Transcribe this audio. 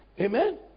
Amen